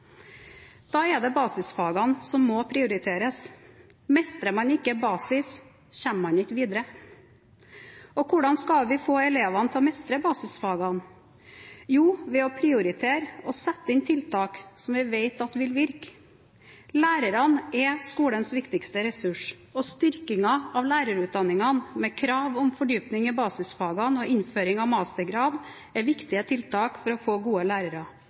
Da er det basisfagene som må prioriteres. Mestrer man ikke basis, kommer man ikke videre. Og hvordan skal vi få elevene til å mestre basisfagene? Jo, ved å prioritere og sette inn tiltak som vi vet vil virke. Lærerne er skolens viktigste ressurs, og styrkingen av lærerutdanningene med krav om fordypning i basisfagene og innføring av mastergrad er viktige tiltak for å få gode lærere.